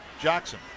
Jackson